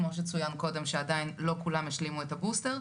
כמו שצויין קודם שעדיין לא כולם השלימו את הבוסטר.